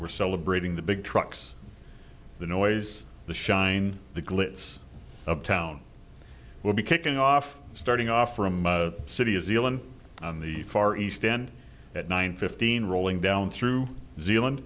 we're celebrating the big trucks the noise the shine the glitz of town will be kicking off starting off from the city is elan on the far east end at nine fifteen rolling down through zealand